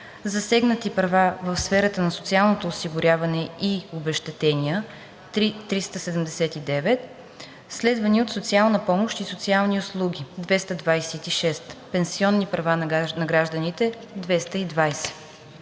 засегнати права в сферата на социалното осигуряване и обезщетения – 379, следвани от социална помощ и социални услуги – 226, пенсионни права на гражданите – 220.